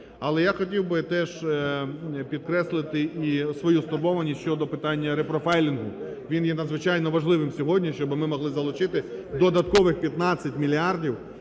Але я хотів би теж підкреслити і свою стурбованість щодо питання репрофайлінгу, він є надзвичайно важливим сьогодні, щоб ми могли залучити додаткових 15 мільярдів